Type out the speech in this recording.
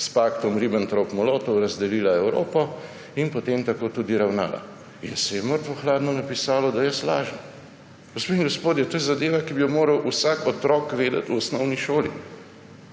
s paktom Ribbentrop-Molotov razdelila Evropo in potem tako tudi ravnala. In se je mrtvo hladno napisalo, da jaz lažem. Gospe in gospodje, to je zadeva, ki bi jo moral vsak otrok vedeti v osnovni šoli